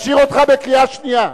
משאיר אותך בקריאה שנייה.